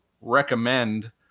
recommend